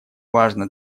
важно